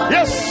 Yes